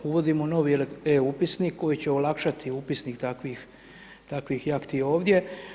Uvodimo novi e-Upisnik, koji će olakšati upis takvih jahti ovdje.